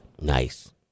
Nice